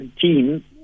team